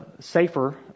safer